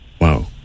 Wow